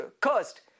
cursed